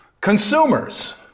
consumers